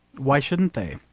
why shouldn't they?